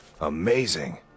Amazing